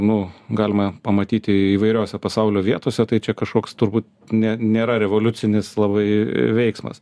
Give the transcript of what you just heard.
nu galima pamatyti įvairiose pasaulio vietose tai čia kažkoks turbūt ne nėra revoliucinis labai veiksmas